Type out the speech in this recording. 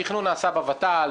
התכנון נעשה בוות"ל,